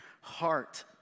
heart